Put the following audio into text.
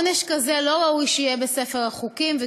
עונש כזה לא ראוי שיהיה בספר החוקים.